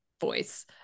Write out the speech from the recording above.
voice